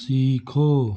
सीखो